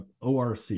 ORC